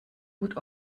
gut